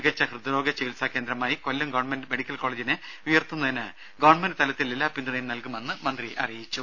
മികച്ച ഹൃദ്രോഗ ചികിത്സാ കേന്ദ്രമായി കൊല്ലം ഗവൺമെന്റ് മെഡിക്കൽ കോളേജിനെ ഉയർത്തുന്നതിന് ഗവൺമെന്റ് തലത്തിൽ എല്ലാ പിന്തുണയും നൽകുമെന്ന് മന്ത്രി അറിയിച്ചു